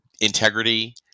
integrity